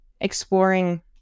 exploring